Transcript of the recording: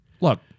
look